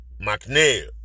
McNeil